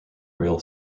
rail